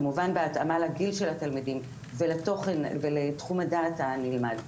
כמובן בהתאמה לגיל של התלמידים ולתחום הדעת הנלמד.